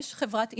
יש את חברת ענבל,